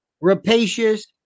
Rapacious